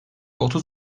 otuz